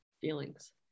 feelings